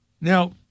Now